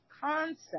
concept